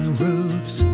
roofs